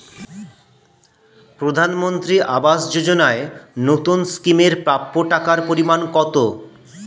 প্রধানমন্ত্রী আবাস যোজনায় নতুন স্কিম এর প্রাপ্য টাকার পরিমান কত?